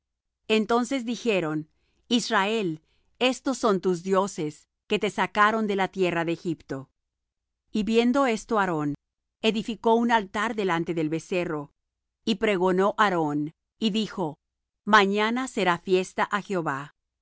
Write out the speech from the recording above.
entonces dijeron israel estos son tus dioses que te sacaron de la tierra de egipto y viendo esto aarón edificó un altar delante del becerro y pregonó aarón y dijo mañana será fiesta á jehová